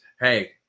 hey